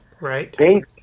Right